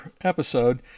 episode